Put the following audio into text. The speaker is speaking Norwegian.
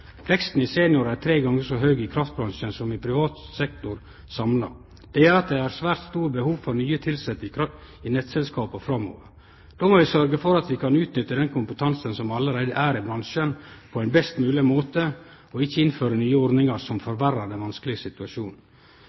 Veksten i seniorar er tre gonger så høg i kraftbransjen som i privat sektor samla sett. Det gjer at det er eit svært stort behov for nye tilsette i nettselskapa framover. Då må vi sørgje for at vi kan utnytte den kompetansen som allereie er i bransjen, på ein best mogleg måte, og ikkje innføre nye ordningar som forverrar den vanskelege